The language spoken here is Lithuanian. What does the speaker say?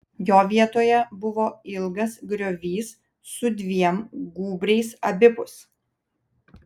jo vietoje buvo ilgas griovys su dviem gūbriais abipus